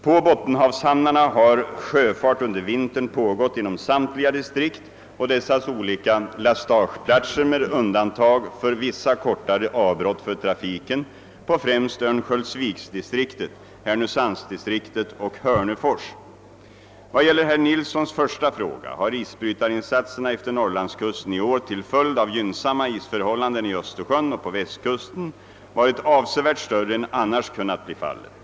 På Bottenhavshamnarna har sjöfart under vintern pågått inom samtliga distrikt och dessas olika lastageplatser med undantag för vissa kortare avbrott för trafiken på främst Örnsköldsviksdistriktet, Härnösandsdistriktet och Hörnefors. Vad gäller herr Nilssons första fråga har isbrytarinsatserna efter Norrlandskusten i år till följd av gynnsamma isförhållanden i Östersjön och på Väst kusten varit avsevärt större än annars kunnat bli fallet.